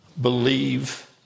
believe